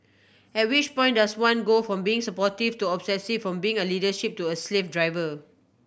at which point does one go from being supportive to obsessive from being a leadership to a slave driver